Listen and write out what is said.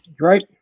Right